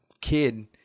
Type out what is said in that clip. kid